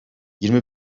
yirmi